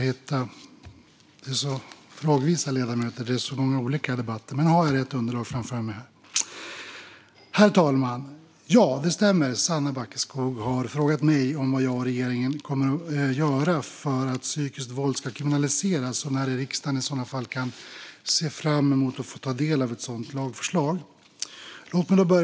Herr talman! Sanna Backeskog har frågat mig om jag och regeringen kommer att verka för att psykiskt våld ska kriminaliseras och när riksdagen i så fall kan se fram emot att få ta del av ett sådant lagförslag.